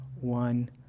one